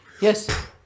Yes